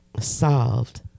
solved